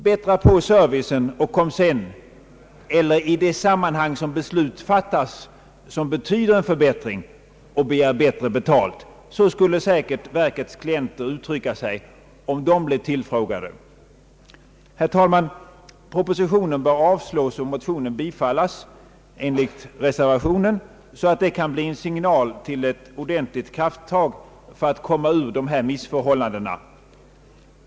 Om verkets klienter blev tillfrågade, skulle de säkert säga: »Bättra på servicen och begär sedan bättre betalt i sammanhang med beslut som innebär en förbättring.» Herr talman! Propositionen bör avslås och motionen bifallas enligt reservationen, så att det kan bli en sig nal till ett ordentligt krafttag för att komma ur dessa missförhållanden.